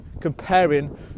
comparing